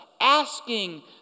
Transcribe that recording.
asking